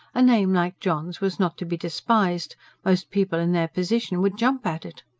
a name like john's was not to be despised most people in their position would jump at it.